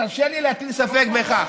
תרשו לי להטיל ספק בכך.